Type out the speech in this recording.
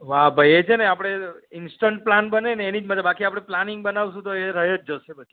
વા ભાઈ એ છેને આપણે ઇન્સ્ટન્ટ પ્લાન બનેને એની જ મતલબ બાકી આપણે પ્લાનિંગ બનાવશું તો એ રહી જ જશે પછી